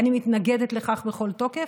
אני מתנגדת לכך בכל תוקף,